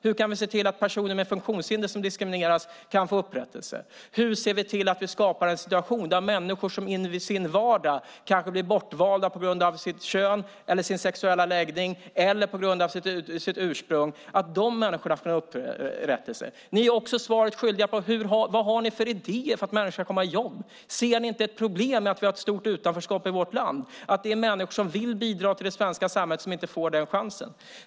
Hur kan vi se till att personer med funktionshinder som diskrimineras kan få upprättelse? Hur ser vi till att skapa en situation där människor som i sin vardag kanske blir bortvalda på grund av sitt kön eller sin sexuella läggning eller sitt ursprung ska kunna få upprättelse? Ni är också svaret skyldiga när det gäller vilka idéer ni har för att människor ska få jobb. Ser ni inte ett problem med att vi har ett stort utanförskap i vårt land? Det finns människor som vill bidra till det svenska samhället men som inte får den chansen.